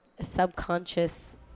subconscious